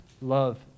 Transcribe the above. love